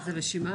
זו רשימה,